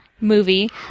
Movie